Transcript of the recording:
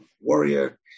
warrior